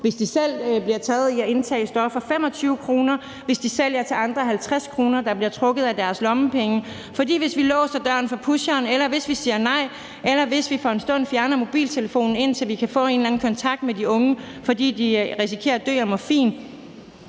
hvis de bliver taget i selv at indtage stoffer, på 25 kr. og på 50 kr., hvis de sælger til andre, som bliver trukket fra deres lommepenge? For hvis det er bedre end, at vi låser døren for pusherne eller siger nej eller vi for en stund fjerner mobiltelefonen, indtil vi kan få en eller anden kontakt med de unge, fordi de risikerer at dø af morfin,